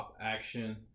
action